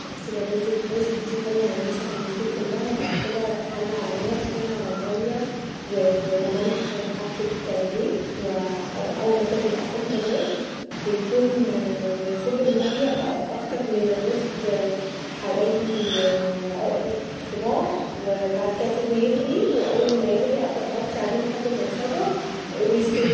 اغسل الرز كويس بحيث يطلع النشا اللي فيه كلها و بعد كدا حله علي النار فيها مايه و ملح وحبه زيت اول ما تغلي احط الرز و يكون منسوب المايه اكتر من الرز حوالي عقله صباع و بعد كدا اسيبه يغلي واول ما يغلي أبدا اوطي عليه لحد ما يتشرب و يستوي.